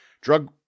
Drug